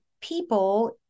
people